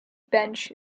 bench